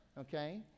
Okay